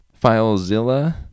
FileZilla